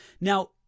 Now